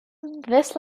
this